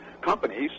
companies